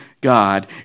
God